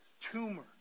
tumor